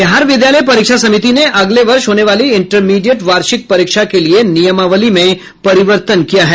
बिहार पिद्यालय परीक्षा समिति ने अगले वर्ष होने वाली इंटरमीडिएट वार्षिक परीक्षा के लिए नियमावली में परिवर्तन किया है